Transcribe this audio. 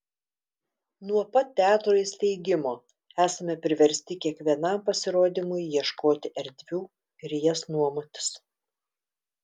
nuo pat teatro įsteigimo esame priversti kiekvienam pasirodymui ieškoti erdvių ir jas nuomotis